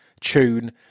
tune